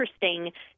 interesting